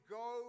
go